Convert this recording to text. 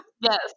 Yes